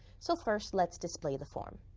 so first let's display the form.